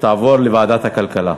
תעבור לוועדת הכלכלה.